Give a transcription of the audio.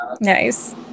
Nice